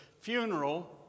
funeral